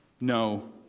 No